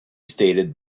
stated